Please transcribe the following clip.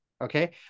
okay